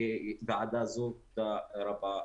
תודה,